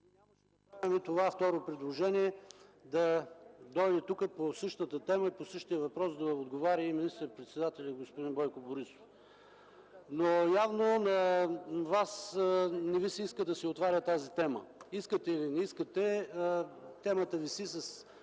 нямаше да правим това второ предложение – по същата тема и въпрос, тук да дойде да отговаря и министър-председателят господин Бойко Борисов. Явно на Вас не Ви се иска да се отваря тази тема. Искате или не искате, темата виси с